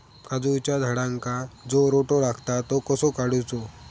काजूच्या झाडांका जो रोटो लागता तो कसो काडुचो?